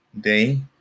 day